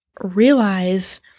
realize